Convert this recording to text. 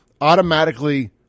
automatically